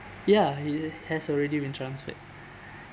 ya he has already been transferred